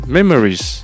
Memories，